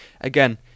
again